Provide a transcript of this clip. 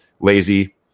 lazy